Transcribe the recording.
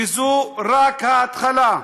וזו רק ההתחלה.